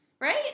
right